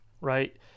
right